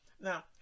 Now